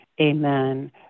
Amen